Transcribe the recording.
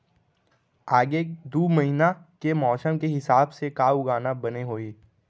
आगे दू महीना के मौसम के हिसाब से का उगाना बने होही?